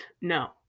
No